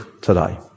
today